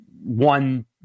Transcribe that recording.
one